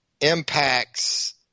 impacts –